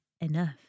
enough